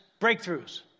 Breakthroughs